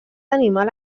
animal